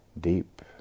deep